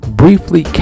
briefly